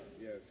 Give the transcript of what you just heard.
Yes